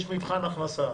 יש מבחן הכנסה.